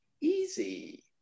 Easy